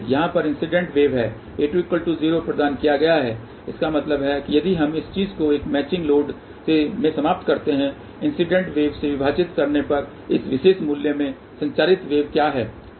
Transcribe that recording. यहाँ पर incident wave है a20 प्रदान किया गया है इसका मतलब है कि यदि हम इस चीज़ को एक मैचिंग लोड में समाप्त करते हैं इंसिडेंट वेव से विभाजित करने पर इस विशेष मूल्य में संचरित वेव क्या है